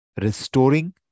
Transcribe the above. restoring